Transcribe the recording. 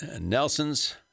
Nelson's